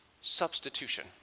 Substitution